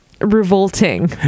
revolting